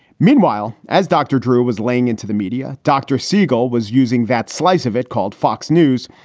meanwhile, as dr. drew was laying into the media, dr. siegel was using that slice of it called fox news,